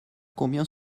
combien